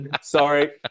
sorry